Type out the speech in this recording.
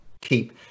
keep